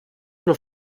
nur